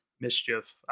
mischief